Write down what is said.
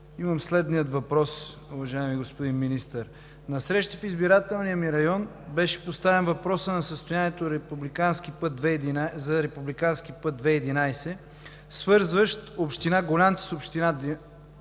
Имам следния въпрос, уважаеми господин Министър. На срещи в избирателния ми район беше поставен въпросът за състоянието на републикански път II-11, свързващ община Гулянци с община